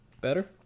Better